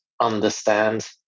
understand